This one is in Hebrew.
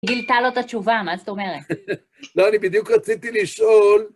גילתה לו את התשובה, מה זאת אומרת? לא, אני בדיוק רציתי לשאול...